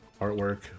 Artwork